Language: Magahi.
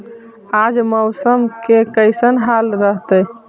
आज मौसम के कैसन हाल रहतइ?